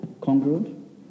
congruent